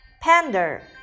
panda